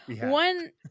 one